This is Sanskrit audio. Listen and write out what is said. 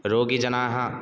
रोगिजनाः